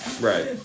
Right